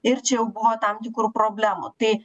ir čia jau buvo tam tikrų problemų tai